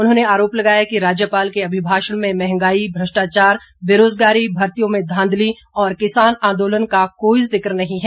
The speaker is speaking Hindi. उन्होंने आरोप लगाया कि राज्यपाल के अभिभाषण में मंहगाई भ्रष्टाचार बेरोजगारी भर्तियों में धांधली और किसान आंदोलन का कोई जिक नहीं है